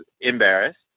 embarrassed